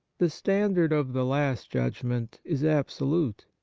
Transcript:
the standard of the last judgment is absolute.